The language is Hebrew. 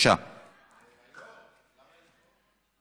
למה אין הצבעות?